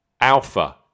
Alpha